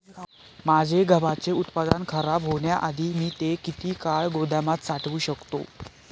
माझे गव्हाचे उत्पादन खराब होण्याआधी मी ते किती काळ गोदामात साठवू शकतो?